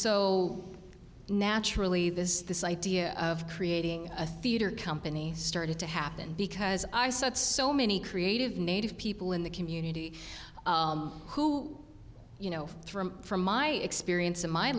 so naturally this this idea of creating a theater company started to happen because i saw it so many creative native people in the community who you know from my experience and my